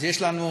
אז יש לנו,